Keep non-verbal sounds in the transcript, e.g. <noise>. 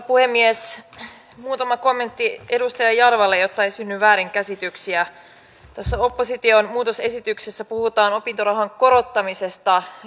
<unintelligible> puhemies muutama kommentti edustaja jarvalle jotta ei synny väärinkäsityksiä tässä opposition muutosesityksessä puhutaan opintorahan korottamisesta